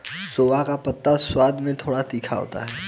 सोआ का पत्ता स्वाद में थोड़ा तीखा होता है